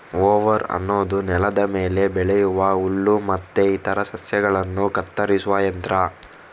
mower ಅನ್ನುದು ನೆಲದ ಮೇಲೆ ಬೆಳೆಯುವ ಹುಲ್ಲು ಮತ್ತೆ ಇತರ ಸಸ್ಯಗಳನ್ನ ಕತ್ತರಿಸುವ ಯಂತ್ರ